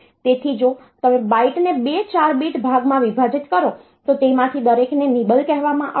તેથી જો તમે બાઈટને બે 4 બીટ ભાગોમાં વિભાજીત કરો તો તેમાંથી દરેકને નિબલ કહેવામાં આવશે